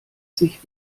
sich